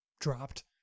dropped